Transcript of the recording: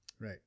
Right